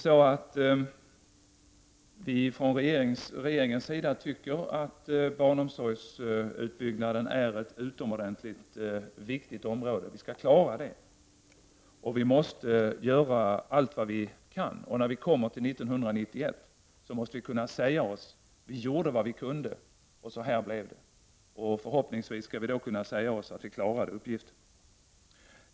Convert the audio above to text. Vi tycker från regeringens sida att barnomsorgsutbyggnaden är ett utomordentligt viktigt område. Vi skall klara det, och vi måste göra allt vad vi kan. När vi kommer till 1991, måste vi kunna säga oss: Vi gjorde vad vi kunde, och så här blev det. Och förhoppningsvis skall vi då kunna säga oss att vi klarade uppgiften.